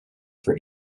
for